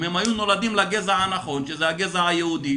אם הם היו נולדים לגזע הנכון שזה הגזע היהודי,